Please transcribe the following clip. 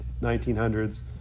1900s